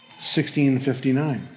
1659